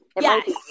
Yes